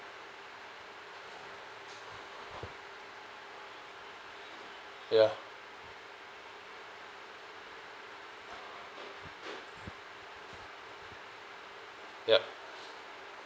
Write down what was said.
ya yup